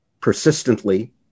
persistently